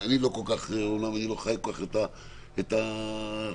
אני לא חי כל כך את החוק עד הסוף.